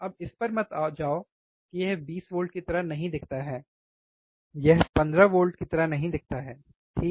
अब इस पर मत जाओ कि यह 20 वोल्ट की तरह नहीं दिखता है यह 15 वोल्ट की तरह नहीं दिखता है ठीक है